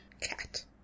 cat